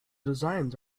designs